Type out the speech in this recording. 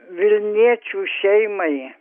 vilniečių šeimai